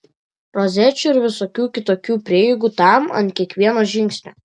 rozečių ir visokių kitokių prieigų tam ant kiekvieno žingsnio